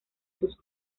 sus